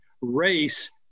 race